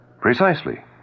Precisely